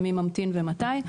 מי ממתין ומתי.